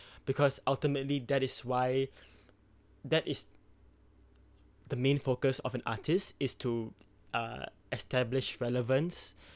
because ultimately that is why that is the main focus of an artist is to uh establish relevance